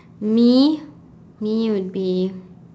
me me would be